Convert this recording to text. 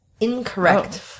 Incorrect